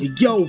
yo